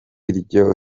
iryo